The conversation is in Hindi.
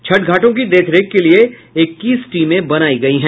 छठ घाटों की देखरेख के लिये इक्कीस टीमें बनायी गयी है